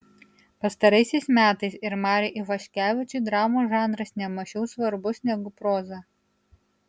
pastaraisiais metais ir mariui ivaškevičiui dramos žanras ne mažiau svarbus negu proza